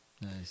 Nice